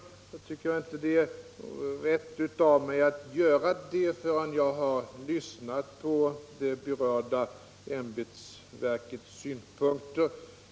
Jag tycker inte att det är rätt av mig att göra det förrän jag har lyssnat på det berörda ämbetsverkets synpunkter.